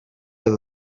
edo